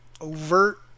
overt